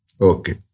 Okay